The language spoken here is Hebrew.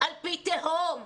על פי תהום?